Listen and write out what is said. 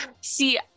see